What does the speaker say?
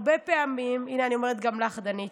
הרבה פעמים, הינה, אני אומרת גם לך, דנית,